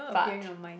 but